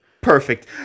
Perfect